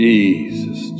Jesus